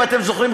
אם אתם זוכרים,